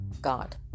God